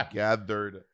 gathered